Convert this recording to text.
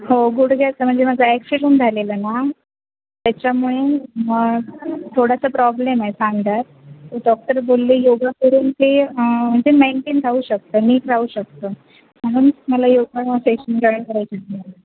हो गुडघ्याचं म्हणजे माझं ॲक्सिडंट झालेलं ना त्याच्यामुळे थोडासा प्रॉब्लेम आहे सांध्यात डॉक्टर बोलले योगा करून ते म्हणजे मेंटेन राहू शकतं नीट राहू शकतं म्हणून मला योगा सेशन जॉईन करा